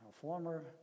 former